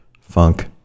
funk